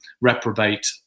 reprobate